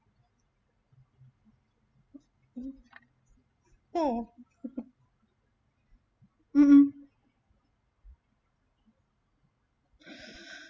orh mmhmm